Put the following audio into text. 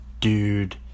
dude